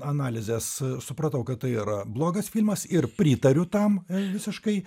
analizės supratau kad tai yra blogas filmas ir pritariu tam visiškai